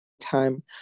time